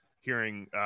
hearing